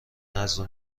نذر